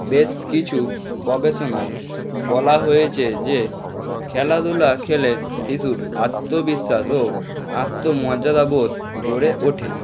বেশ কিছু গবেষণায় বলা হয়েছে যে খেলাধুলা খেলে শিশুর আত্মবিশ্বাস ও আত্মমর্যাদাবোধ গড়ে ওঠে